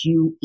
QE